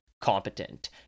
competent